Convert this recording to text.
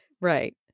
Right